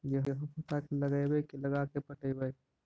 गेहूं पटा के लगइबै की लगा के पटइबै?